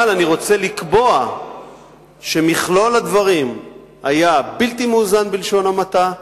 אבל אני רוצה לקבוע שמכלול הדברים היה בלתי מאוזן בלשון המעטה,